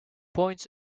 points